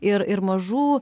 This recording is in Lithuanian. ir ir mažų